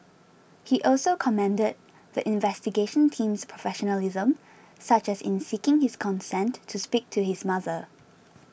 he also commended the the investigation team's professionalism such as in seeking his consent to speak to his mother